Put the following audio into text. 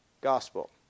gospel